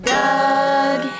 Doug